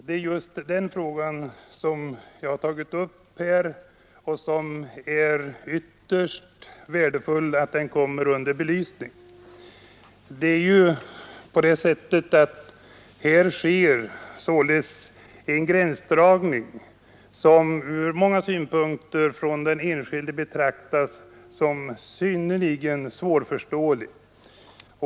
Det är just den frågan som jag har tagit upp här; det är ytterst värdefullt att den belyses. Här sker således en gränsdragning, som den enskilde från många synpunkter finner svårförståelig.